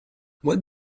what